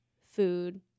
food